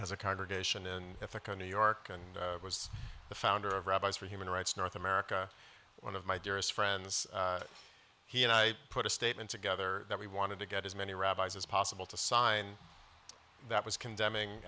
has a congregation in ithaca new york and was the founder of rabbis for human rights north america one of my dearest friends he and i put a statement together that we wanted to get as many rabbis as possible to sign that was condemning